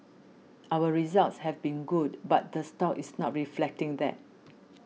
our results have been good but the stock is not reflecting that